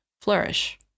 flourish